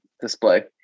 display